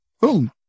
boom